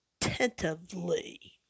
tentatively